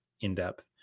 in-depth